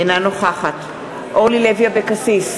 אינה נוכחת אורלי לוי אבקסיס,